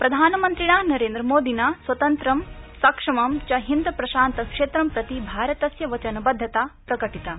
प्रधानमन्त्रिणा नरेन्द्रमोदिना स्वतंत्र सक्षमं च हिन्द प्रशांत क्षेत्रं प्रति भारतस्य वचनबद्धता प्रकटिता